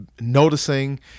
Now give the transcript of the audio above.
noticing